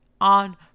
on